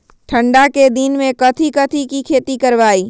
ठंडा के दिन में कथी कथी की खेती करवाई?